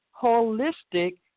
holistic